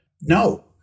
No